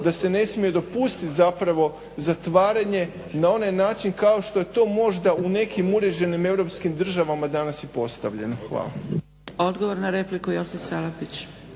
da se ne smije dopustiti zatvaranje na onaj način kao što je to možda u nekim uređenim europskim državama danas i postavljeno. Hvala. **Zgrebec, Dragica (SDP)** Odgovor na repliku Josip Salapić.